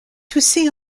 toucy